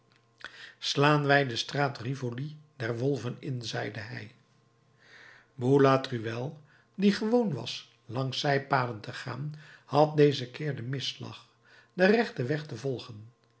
slaan wij de straat rivoli der wolven in zeide hij boulatruelle die gewoon was langs zijpaden te gaan had dezen keer den misslag den rechten weg te volgen